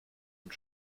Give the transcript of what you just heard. und